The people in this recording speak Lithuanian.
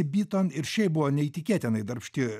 byton ir šiaip buvo neįtikėtinai darbšti